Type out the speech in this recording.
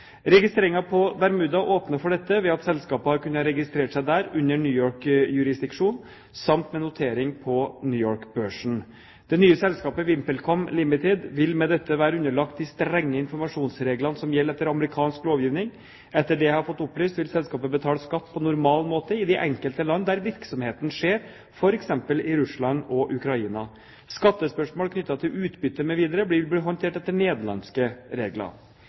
på Bermuda åpner opp for dette ved at selskapet har kunnet registrere seg der, under New York-jurisdiksjon samt med notering på New York-børsen. Det nye selskapet VimpelCom Ltd. vil med dette være underlagt de strenge informasjonsreglene som gjelder etter amerikansk lovgivning. Etter det jeg har fått opplyst, vil selskapet betale skatt på normal måte i de enkelte land der virksomheten skjer, f.eks. i Russland og Ukraina. Skattespørsmål knyttet til utbytte mv. vil bli håndtert etter nederlandske regler.